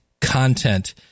content